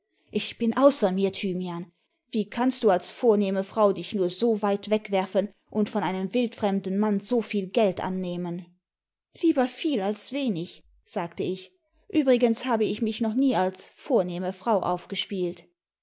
jch bin außer mir thymian wie kannst du als vornehme frau dich nur so weit wegwerfen und von einem wildfremden mann so viel geld annehmen lieber viel als wenig sagte ich übrigens habe ich mich noch nie als vomehme frau aufgespielt